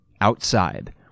outside